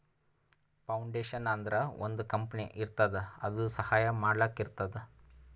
foundation ಅಂದುರ್ ಒಂದ್ company ಇರ್ತುದ್ ಅದು ಸಹಾಯ ಮಾಡ್ಲಕ್ ಇರ್ತುದ್